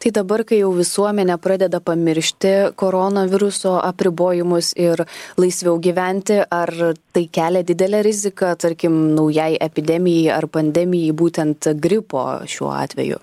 tai dabar kai jau visuomenė pradeda pamiršti koronaviruso apribojimus ir laisviau gyventi ar tai kelia didelę riziką tarkim naujai epidemijai ar pandemijai būtent gripo šiuo atveju